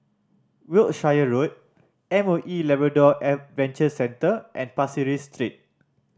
Wiltshire Road M O E Labrador Adventure Centre and Pasir Ris Street